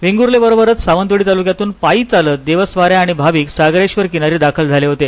वेगुर्लेबरोबरच सावंतवाडी तालुक्यातुन पायी चालत देवस्वाऱ्या आणि भाविक सागरेश्वर किनारी दाखल झाले होते